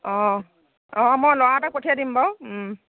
অঁ অঁ মই ল'ৰা এটাক পঠিয়াই দিম বাৰু